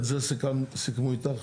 את זה סיכמו איתך?